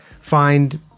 find